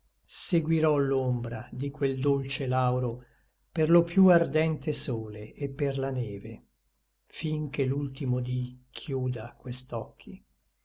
seguirò l'ombra di quel dolce lauro per lo piú ardente sole et per la neve fin che l'ultimo dí chiuda quest'occhi